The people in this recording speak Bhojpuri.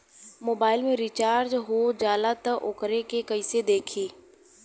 मोबाइल में रिचार्ज हो जाला त वोकरा के कइसे देखी?